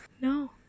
No